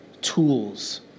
tools